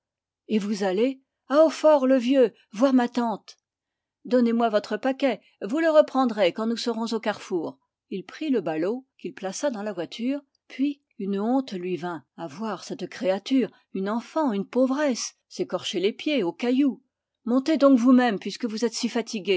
et vous allez à hautfort le vieux voir ma tante donnez-moi votre paquet vous le reprendrez quand nous serons au carrefour il prit le ballot qu'il plaça dans la voiture puis une honte lui vint à voir cette créature une pauvresse s'écorcher les pieds aux cailloux montez donc vous-même puisque vous êtes si